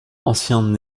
ancien